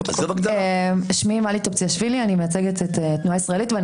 אני מייצגת את התנועה הישראלית ואני